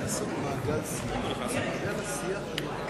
חברי הכנסת,